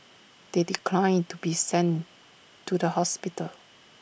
they declined to be sent to the hospital